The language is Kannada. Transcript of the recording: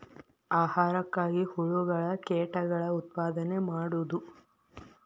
ಆಹಾರಕ್ಕಾಗಿ ಹುಳುಗಳ ಕೇಟಗಳ ಉತ್ಪಾದನೆ ಮಾಡುದು